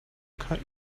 cut